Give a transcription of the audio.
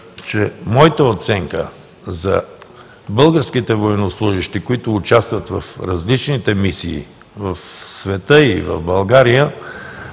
че моята оценка за българските военнослужещи, които участват в различните мисии – в света и в България,